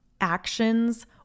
actions